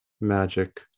magic